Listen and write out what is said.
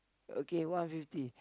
okay one fifty